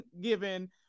given